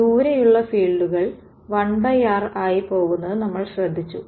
ദൂരെയുള്ള ഫീൾഡുകൾ 1r ആയി പോകുന്നത് നമ്മൾ ശ്രദ്ധിച്ചു